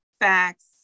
facts